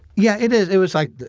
yeah, it is. it was like,